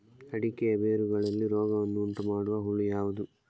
ಅಡಿಕೆಯ ಬೇರುಗಳಲ್ಲಿ ರೋಗವನ್ನು ಉಂಟುಮಾಡುವ ಹುಳು ಯಾವುದು?